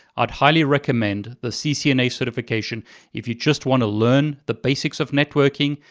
i'd highly recommend the ccna certification if you just want to learn the basics of networking.